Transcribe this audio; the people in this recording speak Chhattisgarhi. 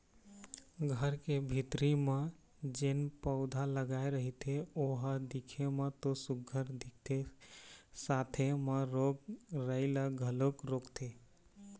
घर के भीतरी म जेन पउधा लगाय रहिथे ओ ह दिखे म तो सुग्घर दिखथे साथे म रोग राई ल घलोक रोकथे